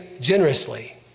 generously